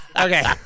Okay